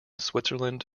switzerland